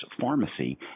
pharmacy